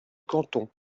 canton